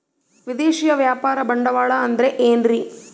ವಿದೇಶಿಯ ವ್ಯಾಪಾರ ಬಂಡವಾಳ ಅಂದರೆ ಏನ್ರಿ?